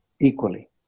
equally